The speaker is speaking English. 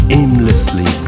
aimlessly